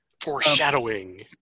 Foreshadowing